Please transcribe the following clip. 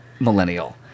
Millennial